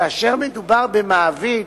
כאשר מדובר במעביד,